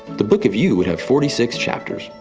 the book of you would have forty six chapters,